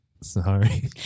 Sorry